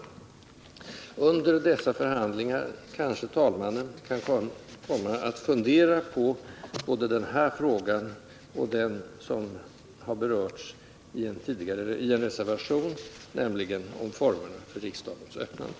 Under dessa överläggningar kanske talmannen har tillfälle att fundera på både denna fråga och den som berörs i reservationen om formerna för riksdagens öppnande.